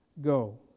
Go